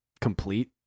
complete